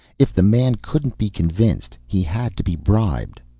if the man couldn't be convinced, he had to be bribed.